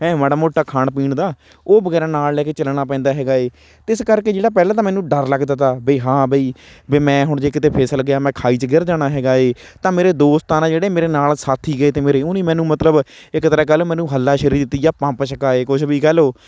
ਹੈਂ ਮਾੜਾ ਮੋਟਾ ਖਾਣ ਪੀਣ ਦਾ ਉਹ ਵਗੈਰਾ ਨਾਲ ਲੈ ਕੇ ਚੱਲਣਾ ਪੈਂਦਾ ਹੈਗਾ ਹੈ ਅਤੇ ਇਸ ਕਰਕੇ ਜਿਹੜਾ ਪਹਿਲਾਂ ਤਾਂ ਮੈਨੂੰ ਡਰ ਲੱਗਦਾ ਤਾ ਬਈ ਹਾਂ ਬਈ ਮੈਂ ਹੁਣ ਜੇ ਕਿਤੇ ਫਿਸਲ ਗਿਆ ਮੈਂ ਖਾਈ 'ਚ ਗਿਰ ਜਾਣਾ ਹੈਗਾ ਹੈ ਤਾਂ ਮੇਰੇ ਦੋਸਤਾਂ ਨੇ ਜਿਹੜੇ ਮੇਰੇ ਨਾਲ ਸਾਥੀ ਗਏ ਤੇ ਮੇਰੇ ਉਹਨੀ ਮੈਨੂੰ ਮਤਲਬ ਇੱਕ ਤਰ੍ਹਾਂ ਕਹਿ ਲਓ ਮੈਨੂੰ ਹੱਲਾਸ਼ੇਰੀ ਦਿੱਤੀ ਪੰਪ ਛਕਾਏ ਕੁਛ ਵੀ ਕਹਿ ਲਓ